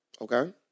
Okay